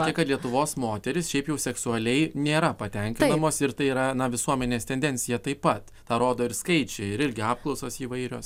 tai kad lietuvos moterys šiaip jau seksualiai nėra patenkinamos ir tai yra visuomenės tendencija taip pat tą rodo ir skaičiai ir irgi apklausos įvairios